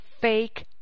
fake